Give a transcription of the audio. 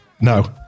No